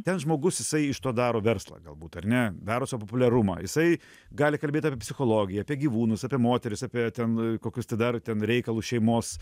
ten žmogus jisai iš to daro verslą galbūt ar ne daro sau populiarumą jisai gali kalbėt apie psichologiją apie gyvūnus apie moteris apie ten kokius ten daro ten reikalus šeimos